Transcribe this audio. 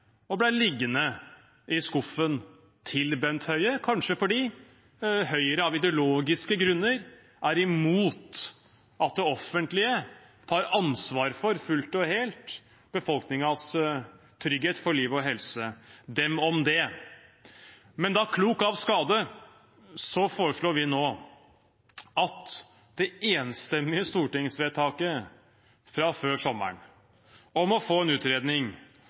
og ble liggende i skuffen hans, kanskje fordi Høyre av ideologiske grunner er imot at det offentlige fullt og helt tar ansvar for befolkningens trygghet for liv og helse – dem om det! Klok av skade foreslår vi nå at det enstemmige stortingsvedtaket fra før sommeren om å få en utredning